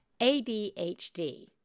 ADHD